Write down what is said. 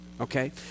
okay